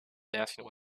dancing